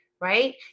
right